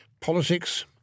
politics